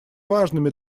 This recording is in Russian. важными